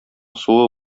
суы